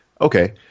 Okay